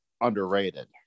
underrated